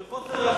מחוסר אחריות.